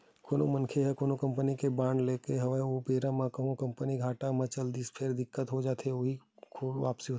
कोनो मनखे ह कोनो कंपनी के बांड लेय हवय ओ बेरा म कहूँ ओ कंपनी ह घाटा म चल दिस त फेर दिक्कत हो जाथे ओखी वापसी के